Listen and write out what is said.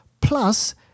Plus